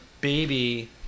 baby –